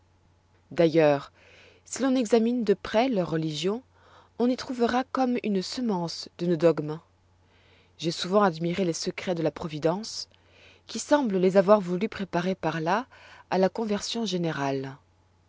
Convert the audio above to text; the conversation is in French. d'ailleurs si l'on examine de près leur religion on y trouvera comme une semence de nos dogmes j'ai souvent admiré les secrets de la providence qui semble les avoir voulu préparer par là à la conversion générale